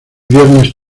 viernes